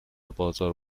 بازار